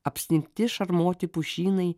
apsnigti šarmoti pušynai